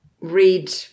read